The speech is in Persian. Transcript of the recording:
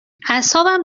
اعصابم